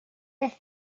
this